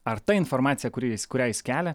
ar ta informacija kuri kurią jis kelia